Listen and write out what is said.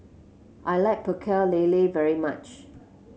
I like Pecel Lele very much